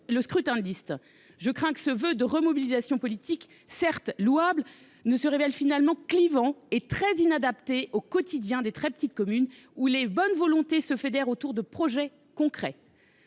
Je crains que ce vœu de remobilisation politique, certes louable, ne se révèle finalement clivant et très inadapté au quotidien des très petites communes, où les bonnes volontés se fédèrent autour de projets concrets.,